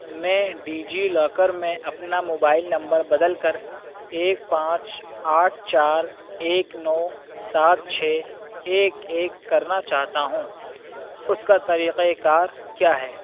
میں DigiLocker میں اپنا موبائل نمبر بدل کر ایک پانچ آٹھ چار ایک نو سات چھ ایک ایک کرنا چاہتا ہوں اس کا طریقہ کار کیا ہے